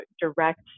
direct